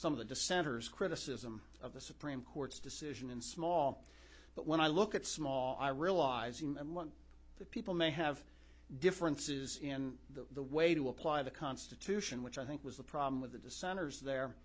some of the dissenters criticism of the supreme court's decision in small but when i look at small i realizing among the people may have differences in the way to apply the constitution which i think was the problem with the dissenters there